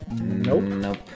Nope